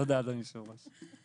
תודה אדוני יושב הראש.